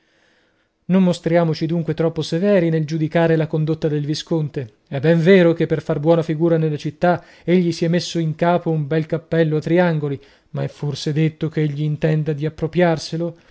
non mostriamoci dunque troppo severi nel giudicare la condotta del visconte è ben vero che per far buona figura nella città egli si è messo in capo un bel cappello a triangoli ma è forse detto ch'egli intenda di appropriarselo